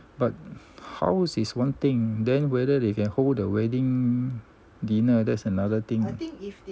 but house is one thing then whether they can hold the wedding dinner that's another thing